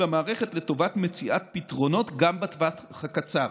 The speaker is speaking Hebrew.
המערכת לטובת מציאת פתרונות גם בטווח הקצר,